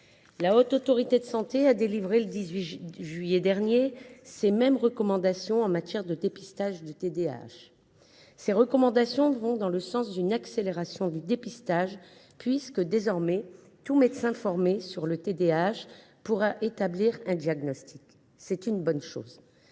La Haute Autorité de santé (HAS) a délivré, le 18 juillet dernier, ses recommandations en matière de dépistage du TDAH, lesquelles vont dans le sens d’une accélération du dépistage. Désormais, tout médecin formé au repérage du TDAH pourra établir un diagnostic. C’est une bonne chose,